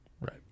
Right